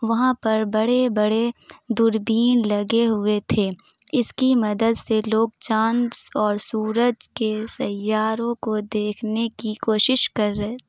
وہاں پر بڑے بڑے دوربین لگے ہوئے تھے اس کی مدد سے لوگ چاند اور سورج کے سیاروں کو دیکھنے کی کوشش کر رہے